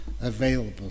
available